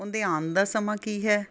ਉਹਦੇ ਆਉਣ ਦਾ ਸਮਾਂ ਕੀ ਹੈ